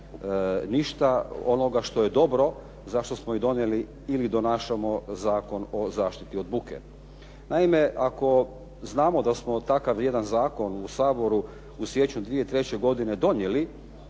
ništa onoga što je dobro, za što smo i donijeli ili donašamo Zakon o zaštiti od buke. Naime, ako znamo da smo takav jedan zakon u Saboru u siječnju 2003. godine donijeli,